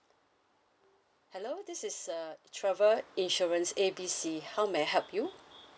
hello this is uh travel insurance A B C how may I help you